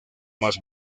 más